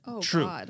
true